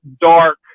dark